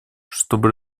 чтобы